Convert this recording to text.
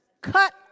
Cut